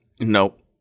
Nope